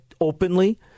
openly